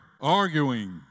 arguing